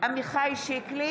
עמיחי שיקלי,